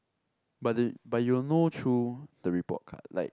but they but you'll know through the report card like